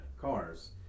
cars